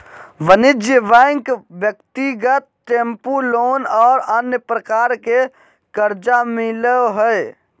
वाणिज्यिक बैंक ब्यक्तिगत tempo loan और अन्य प्रकार के कर्जा मिलो हइ